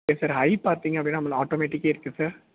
இல்லை சார் ஹை பார்த்தீங்க அப்படின்னா ஆட்டோமேட்டிக்கே இருக்குது சார்